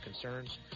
concerns